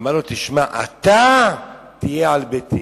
ואמר לו, תשמע, אתה תהיה על ביתי